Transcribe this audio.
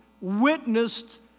witnessed